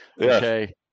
Okay